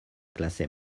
clase